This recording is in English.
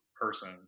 person